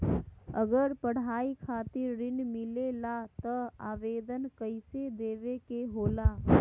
अगर पढ़ाई खातीर ऋण मिले ला त आवेदन कईसे देवे के होला?